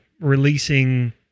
releasing